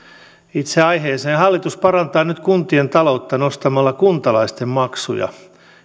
itse aiheeseen hallitus parantaa nyt kuntien taloutta nostamalla kuntalaisten maksuja